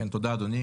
כן, תודה אדוני.